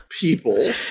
people